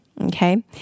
Okay